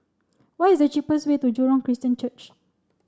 what is the cheapest way to Jurong Christian Church